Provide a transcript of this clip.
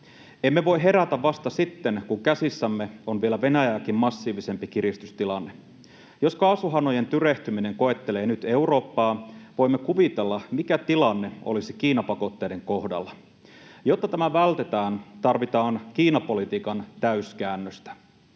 Emme voi herätä vasta sitten, kun käsissämme on vielä Venäjääkin massiivisempi kiristystilanne. Jos kaasuhanojen tyrehtyminen koettelee nyt Eurooppaa, voimme kuvitella, mikä tilanne olisi Kiina-pakotteiden kohdalla. Jotta tämä vältetään, tarvitaan Kiina-politiikan täyskäännöstä.